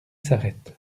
s’arrête